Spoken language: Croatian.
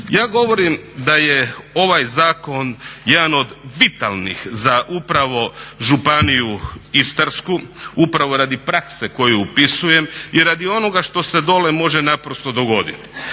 Ja govorim da je ovaj zakon jedan od vitalnih za upravo županiju Istarsku upravo zbog prakse koju upisujem i radi onoga što se može dolje dogoditi.